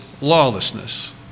lawlessness